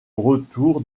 retour